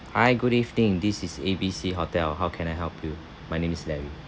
hi good evening this is A B C hotel how can I help you my name is larry